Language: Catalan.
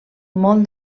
molt